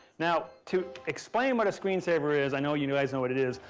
now to explain what a screensaver is, i know you guys know what it is.